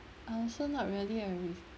I also not really a risk